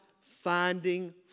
finding